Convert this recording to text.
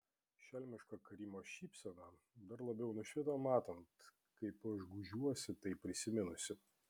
šelmiška karimo šypsena dar labiau nušvito matant kaip aš gūžiuosi tai prisiminusi